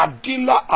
Adila